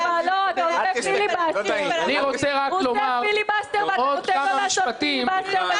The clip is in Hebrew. הוא עושה פיליבאסטר וזה לא תקין.